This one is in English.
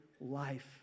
life